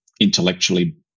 intellectually